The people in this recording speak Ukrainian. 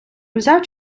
взяв